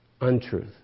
Untruth